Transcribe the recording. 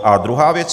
A druhá věc.